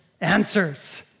answers